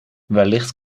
wellicht